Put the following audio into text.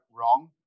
wrong